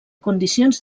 condicions